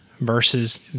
versus